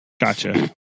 gotcha